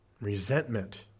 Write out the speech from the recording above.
resentment